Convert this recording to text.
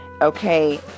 Okay